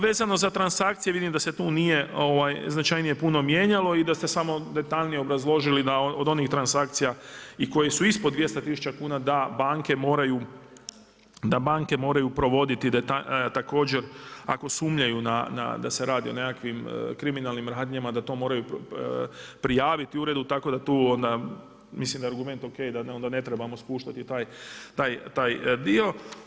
Vezano za transakcije, vidim da se tu nije značajnije puno mijenjalo i da ste samo detaljnije obrazložili od onih transakcija i koje su ispod 200 tisuća kuna da banke moraju provoditi također ako sumnjaju da se radi o nekakvim kriminalnim radnjama da to moraju prijaviti uredu, tako da tu onda mislim da je argument o.k. da onda ne trebamo spuštati taj dio.